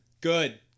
good